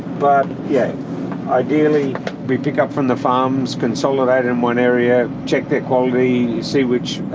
but yeah ideally we pick up from the farms, consolidate in one area, check their quality, see which